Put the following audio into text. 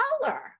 color